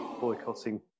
boycotting